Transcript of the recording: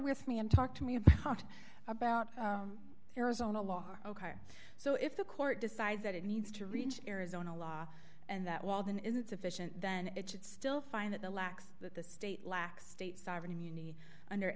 with me and talk to me about the arizona law so if the court decides that it needs to reach arizona law and that wall then is it sufficient then it should still find that the lacks that the state lacks state sovereign immunity under